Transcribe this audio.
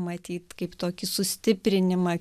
matyt kaip tokį sustiprinimą